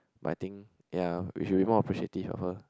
but I think ya we should be more appreciative of her